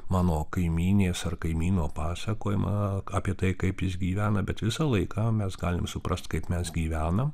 mano kaimynės ar kaimyno pasakojimą apie tai kaip jis gyvena bet visą laiką mes galim suprast kaip mes gyvenam